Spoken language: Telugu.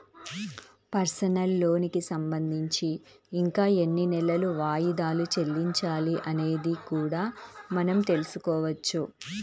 పర్సనల్ లోనుకి సంబంధించి ఇంకా ఎన్ని నెలలు వాయిదాలు చెల్లించాలి అనేది కూడా మనం తెల్సుకోవచ్చు